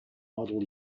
model